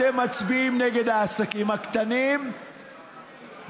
אתם מצביעים נגד העסקים הקטנים והבינוניים.